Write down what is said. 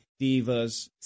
Divas